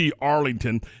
Arlington